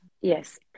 Yes